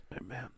Amen